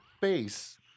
face